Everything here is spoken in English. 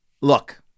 Look